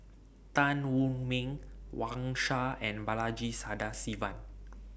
Tan Wu Meng Wang Sha and Balaji Sadasivan